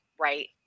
right